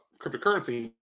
cryptocurrency